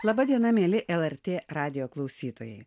laba diena mieli lrt radijo klausytojai